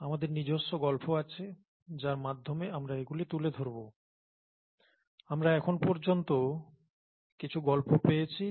আমাদের নিজস্ব গল্প আছে যার মাধ্যমে আমরা এগুলি তুলে ধরব আমরা এখন পর্যন্ত কিছু গল্প পেয়েছি